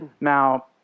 Now